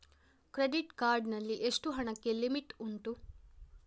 Credit card ನಲ್ಲಿ ಎಷ್ಟು ಹಣಕ್ಕೆ ಲಿಮಿಟ್ ಉಂಟು?